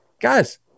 guys